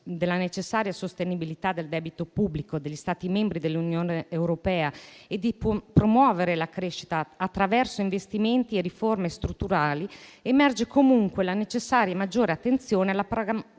della necessaria sostenibilità del debito pubblico degli Stati membri dell'Unione europea e della promozione della crescita attraverso investimenti e riforme strutturali, emerge comunque la necessità di una maggiore attenzione alla programmazione